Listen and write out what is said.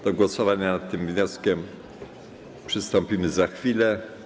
Do głosowania nad tym wnioskiem przystąpimy za chwilę.